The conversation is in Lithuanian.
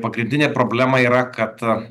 pagrindinė problema yra kad